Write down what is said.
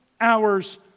hours